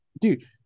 Dude